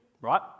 right